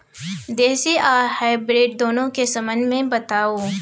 देसी आ हाइब्रिड दुनू के संबंध मे बताऊ?